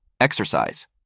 Exercise